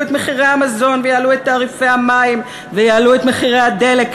מחירי המזון ויעלו את תעריפי המים ואת מחירי הדלק.